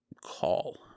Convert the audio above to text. call